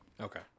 Okay